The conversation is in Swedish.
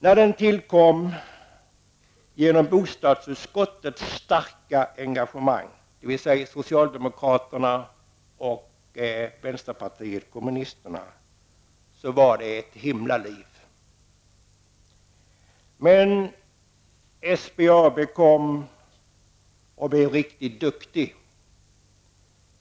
När det tillkom genom bostadsutskottets starka engagemang -- dvs. av socialdemokraterna och dåvarande vänsterpartiet kommunisterna -- blev det ett himla liv. Men SBAB visade sig bli riktigt duktigt.